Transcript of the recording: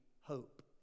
hope